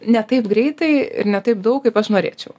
ne taip greitai ir ne taip daug kaip aš norėčiau